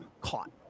caught